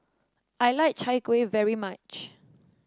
I like Chai Kueh very much